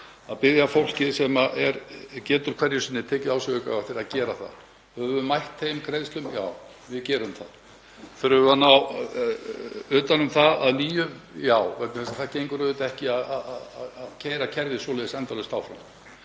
að biðja fólkið sem getur hverju sinni tekið á sig aukavaktir að gera það. Höfum við mætt þeim greiðslum? Já, við gerum það. Þurfum við að ná utan um það að nýju? Já, vegna þess að það gengur auðvitað ekki að keyra kerfið svoleiðis endalaust áfram.